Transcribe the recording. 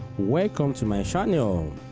welcome to my channel.